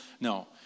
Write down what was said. No